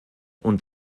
und